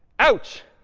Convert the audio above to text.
ouch.